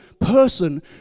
person